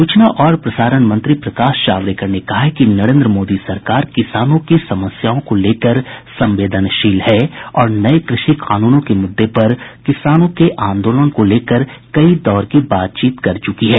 सूचना और प्रसारण मंत्री प्रकाश जावडेकर ने कहा है कि नरेन्द्र मोदी सरकार किसानों की समस्याओं को लेकर संवेदनशील है और नए कृषि कानूनों के मुद्दे पर किसानों के आंदोलन को लेकर कई दौर की बातचीत कर चुकी है